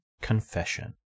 Confession